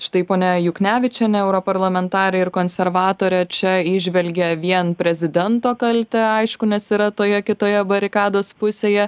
štai ponia juknevičienė europarlamentarė ir konservatorė čia įžvelgia vien prezidento kaltę aišku nes yra toje kitoje barikados pusėje